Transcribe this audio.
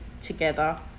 together